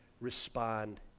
respond